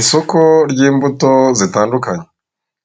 Isoko ry'imbuto zitandukanye,